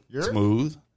Smooth